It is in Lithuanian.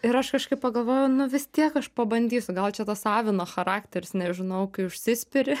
ir aš kažkaip pagalvojau nu vis tiek aš pabandysiu gal čia tas avino charakteris nežinau kai užsispiri